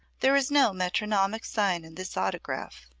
there is no metronomic sign in this autograph.